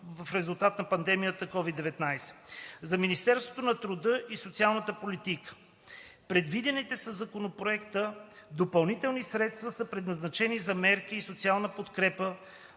вследствие на пандемията от COVID-19. 2. За Министерството на труда и социалната политика предвидените със Законопроекта допълнителни средства са предназначени за мерки и социална подкрепа